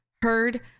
heard